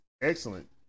excellent